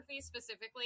specifically